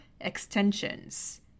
extensions